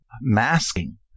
masking